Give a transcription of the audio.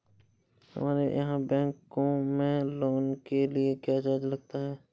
हमारे यहाँ बैंकों में लोन के लिए क्या चार्ज लगता है?